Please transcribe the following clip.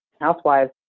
housewives